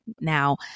Now